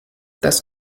das